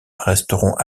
resteront